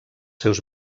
seus